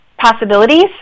possibilities